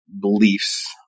beliefs